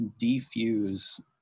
defuse